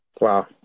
Wow